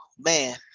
Man